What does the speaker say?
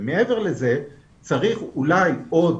מעבר לזה, צריך אולי עוד